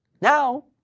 Now